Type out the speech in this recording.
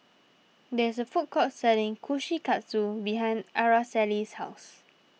there is a food court selling Kushikatsu behind Araceli's house